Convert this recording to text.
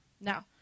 Now